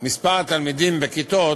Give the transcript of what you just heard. מספר התלמידים בכיתות